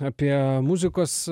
apie muzikos